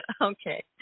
okay